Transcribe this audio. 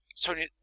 Tony